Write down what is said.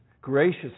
gracious